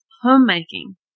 Homemaking